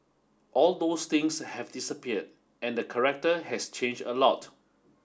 all those things have disappeared and the character has changed a lot